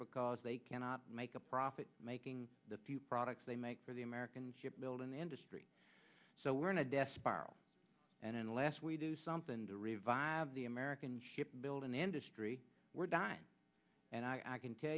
because they cannot make a profit making the products they make for the american ship building industry so we're in a death spiral and unless we do something to revive the american ship building industry we're dying and i can tell